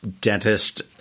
dentist